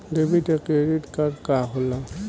Debit या credit card का होला?